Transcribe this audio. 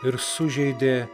ir sužeidė